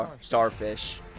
Starfish